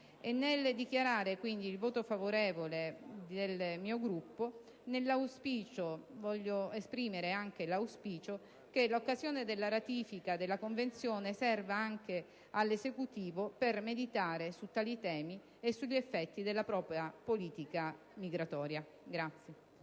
Nel dichiarare quindi il voto favorevole del mio Gruppo, voglio esprimere l'auspicio che l'occasione della ratifica della Convenzione serva anche all'Esecutivo per meditare su tali temi e sugli effetti della propria politica migratoria.